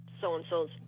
so-and-so's